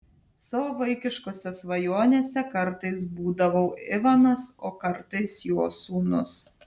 savo vaikiškose svajonėse kartais būdavau ivanas o kartais jo sūnus